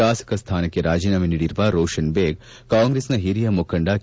ಶಾಸಕ ಸ್ನಾನಕ್ಕೆ ರಾಜೀನಾಮೆ ನೀಡಿರುವ ರೋಷನ್ ಬೇಗ್ ಕಾಂಗ್ರೆಸ್ನ ಹಿರಿಯ ಮುಖಂಡ ಕೆ